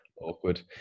Awkward